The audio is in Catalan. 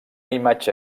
imatge